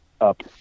up